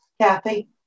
Kathy